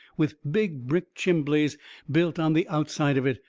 with big brick chimbleys built on the outside of it,